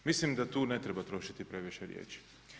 Mislim da tu ne treba trošiti previše riječi.